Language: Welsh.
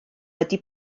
wedi